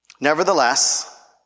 Nevertheless